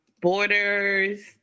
Borders